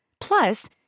Plus